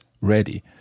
ready